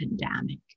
pandemic